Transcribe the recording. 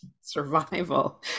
survival